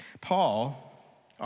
Paul